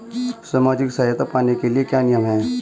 सामाजिक सहायता पाने के लिए क्या नियम हैं?